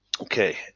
Okay